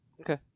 Okay